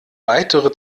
weitere